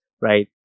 right